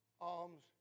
Alms